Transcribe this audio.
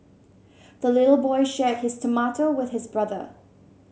the little boy shared his tomato with his brother